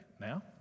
now